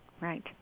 Right